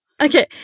Okay